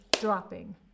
dropping